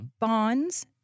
bonds